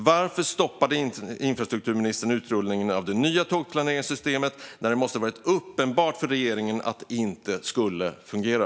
Varför stoppade inte infrastrukturministern utrullningen av det nya tågplaneringssystemet när det måste ha varit uppenbart för regeringen att det inte skulle fungera?